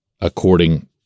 according